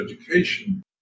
education